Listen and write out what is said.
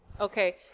Okay